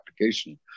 application